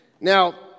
Now